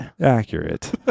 Accurate